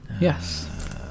Yes